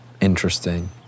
interesting